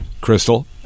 Crystal